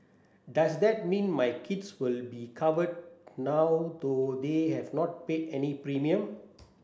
does that mean my kids will be covered now though they have not paid any premium